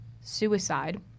suicide